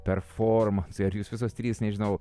performansui ar jūs visos trys nežinau